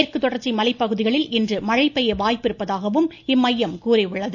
மேற்கு தொடர்ச்சி மலை பகுதிகளில் இன்று மழை பெய்ய வாய்ப்பிருப்பதாகவும் எனவும் இம்மையம் கூறியுள்ளது